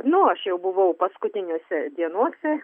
nu aš jau buvau paskutinėse dienose